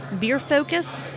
beer-focused